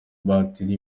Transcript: batiri